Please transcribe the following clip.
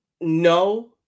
No